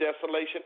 desolation